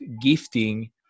gifting